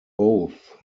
both